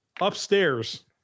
upstairs